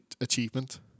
achievement